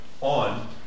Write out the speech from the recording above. on